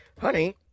Honey